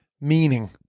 meaning